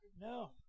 No